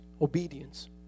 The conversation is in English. obedience